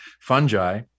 fungi